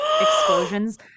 explosions